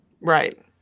Right